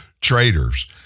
traitors